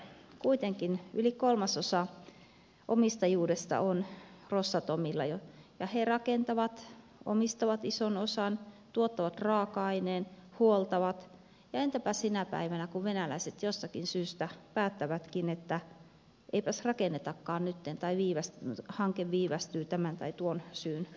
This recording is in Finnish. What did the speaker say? kuitenkin yli kolmasosa omistajuudesta on rosatomilla ja he rakentavat omistavat ison osan tuottavat raaka aineen huoltavat ja entäpä sinä päivänä kun venäläiset jostakin syystä päättävätkin että eipäs rakennetakaan nytten tai hanke viivästyy tämän tai tuon syyn takia